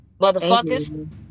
motherfuckers